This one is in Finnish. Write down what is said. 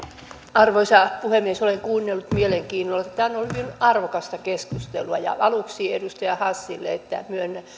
arvoisa puhemies olen kuunnellut mielenkiinnolla tämä on ollut hyvin arvokasta keskustelua aluksi edustaja hassille